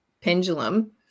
pendulum